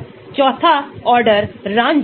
2 term हैं